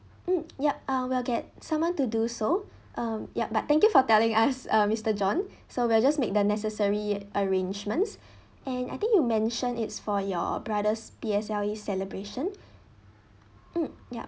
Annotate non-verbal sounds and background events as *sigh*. mm yup um we'll get someone to do so um yup but thank you for telling us uh mister john so we're just make the necessary arrangements *breath* and I think you mentioned it's for your brother's P_S_L_E celebration *breath* mm yup